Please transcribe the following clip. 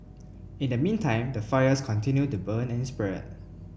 in the meantime the fires continue to burn and spread